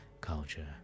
culture